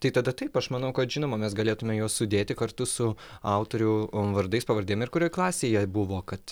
tai tada taip aš manau kad žinoma mes galėtume juos sudėti kartu su autorių vardais pavardėm ir kurioj klasėj jie buvo kad